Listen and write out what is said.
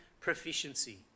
proficiency